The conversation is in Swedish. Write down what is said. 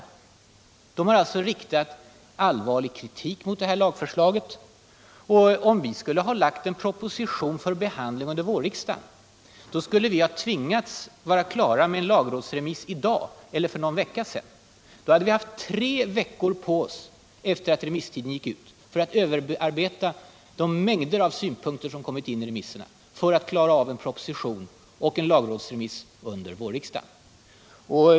De har alltså riktat allvarlig kritik mot lagförslaget. Om vi skulle ha lagt en proposition för behandling under vårriksdagen, hade vi tvingats att vara klara med en lagrådsremiss i dag eller för någon vecka: sedan. Tre-fyra veckor hade vi haft på oss efter det att remisstiden gått ut för att överarbeta de mängder av synpunkter som kommit in i remissvaren och sedan klara av en lagrådsremiss och en proposition under vårriksdagen.